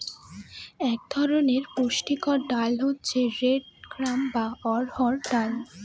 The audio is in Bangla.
এক ধরনের পুষ্টিকর ডাল হচ্ছে রেড গ্রাম বা অড়হর ডাল